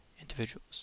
individuals